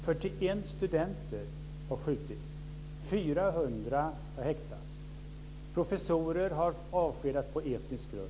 41 studenter har skjutits. 400 har häktats. Professorer har avskedats på etnisk grund.